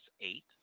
eight